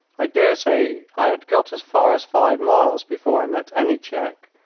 i dare say i had got as far as five miles before i met any check.